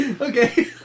okay